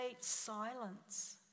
silence